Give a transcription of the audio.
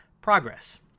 progress